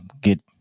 get